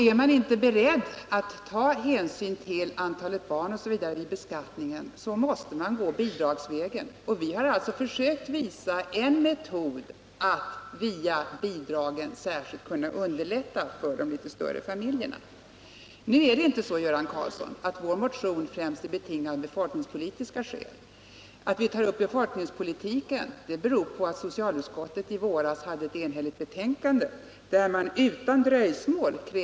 Är man inte beredd att ta hänsyn till antalet barn vid beskattningen måste man gå bidragsvägen, och vi har försökt visa en metod att via bidrag särskilt kunna underlätta förhållandena för de litet större familjerna. Det är inte så, Göran Karlsson, att vår motion främst är betingad av befolkningspolitiska hänsyn. Att vi tar upp befolkningspolitiken beror på att socialutskottet i våras i ett enhälligt betänkande krävde åtgärder utan dröjsmål.